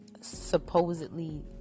supposedly